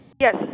Yes